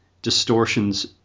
distortions